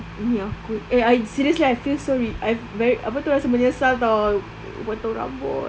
ini aku eh I seriously I feel so I very apa tu rasa menyesal [tau] potong rambut